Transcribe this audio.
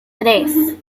tres